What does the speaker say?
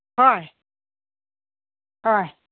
ꯍꯣꯏ ꯍꯣꯏ